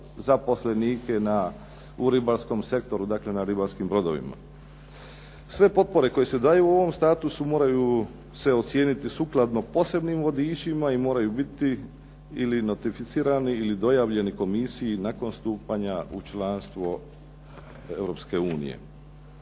zaposlenike na u ribarskom sektoru, dakle na ribarskim brodovima. Sve potpore koje se daju u ovom statusu moraju se ocijeniti sukladno posebnim vodičima, i moraju biti ili notificirani ili dojavljeni komisiji nakon stupanja u članstvo